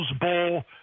Bowl